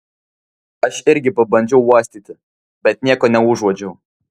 aš irgi pabandžiau uostyti bet nieko neužuodžiau